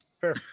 fair